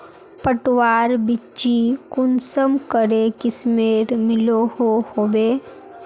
पटवार बिच्ची कुंसम करे किस्मेर मिलोहो होबे?